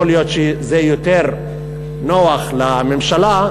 יכול להיות שזה יותר נוח לממשלה,